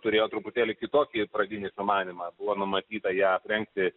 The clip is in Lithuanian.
turėjo truputėlį kitokį pradinį sumanymą buvo numatyta ją aprengti